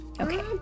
Okay